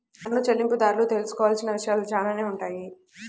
పన్ను చెల్లింపుదారులు తెలుసుకోవాల్సిన విషయాలు చాలానే ఉంటాయి